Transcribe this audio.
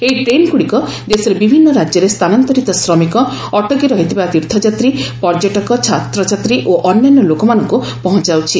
ଏହି ଟ୍ରେନ୍ଗୁଡ଼ିକ ଦେଶର ବିଭିନ୍ନ ରାଜ୍ୟରେ ସ୍ଥାନାନ୍ତରିତ ଶ୍ରମିକ ଅଟକି ରହିଥିବା ତୀର୍ଥଯାତ୍ରୀ ପର୍ଯ୍ୟଟକ ଛାତ୍ରଛାତ୍ରୀ ଓ ଅନ୍ୟାନ୍ୟ ଲୋକମାନଙ୍କୁ ପହଞ୍ଚାଉଛି